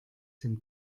dem